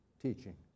teaching